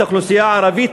את האוכלוסייה הערבית,